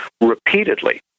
repeatedly